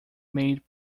made